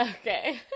Okay